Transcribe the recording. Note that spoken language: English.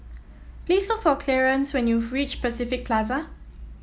please look for Clearence when you reach Pacific Plaza